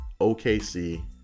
OKC